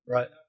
Right